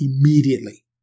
immediately